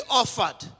offered